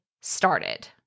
started